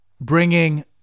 bringing